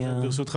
ברשותך,